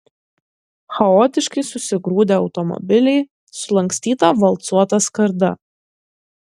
chaotiškai susigrūdę automobiliai sulankstyta valcuota skarda